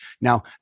Now